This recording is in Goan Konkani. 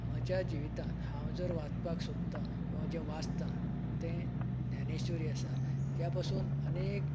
म्हज्या जिवीतान हांव जर वाचपाक सोदता किंवां जे वाचता तें ज्ञानेश्वरी आसा त्या पासून अनेक